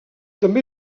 també